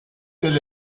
tel